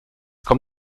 komm